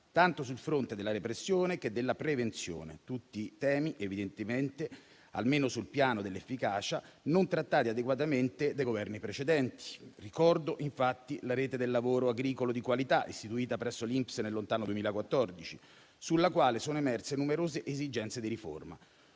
tanto sul fronte della repressione che della prevenzione. Tutti temi che, almeno sul piano dell'efficacia, non trattati adeguatamente dai Governi precedenti. Ricordo infatti la Rete del lavoro agricolo di qualità, istituita presso l'INPS nel lontano 2014, sulla quale sono emerse numerose esigenze di riforma: